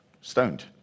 stoned